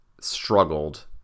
struggled